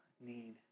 need